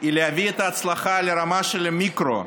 היא להביא את ההצלחה לרמה של מיקרו,